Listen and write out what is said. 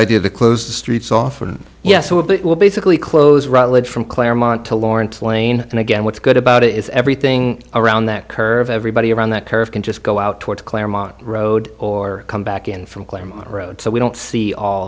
idea the close the streets off and yes it will basically close rutledge from claremont to lawrence lane and again what's good about it is everything around that curve everybody around that curve can just go out towards claremont road or come back in from claim road so we don't see all